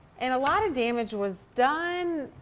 and a lot of damage was done.